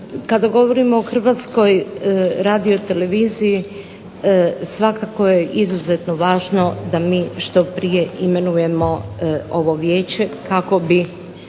Kada govorimo o Hrvatskoj radioteleviziji svakako je izuzetno važno da mi što prije imenujemo ovo Vijeće kako bi